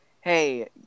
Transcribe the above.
Hey